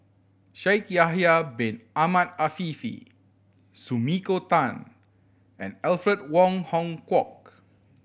Shaikh Yahya Bin Ahmed Afifi Sumiko Tan and Alfred Wong Hong Kwok